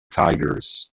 tigers